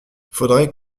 faudrait